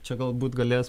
čia galbūt galės